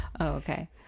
Okay